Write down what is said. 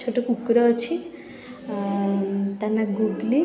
ଛୋଟ କୁକୁର ଅଛି ତା' ନାଁ ଗୁଡ଼ଲି